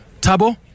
tabo